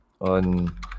On